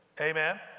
Amen